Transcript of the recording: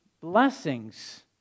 blessings